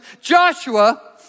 Joshua